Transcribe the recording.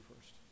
first